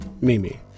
Mimi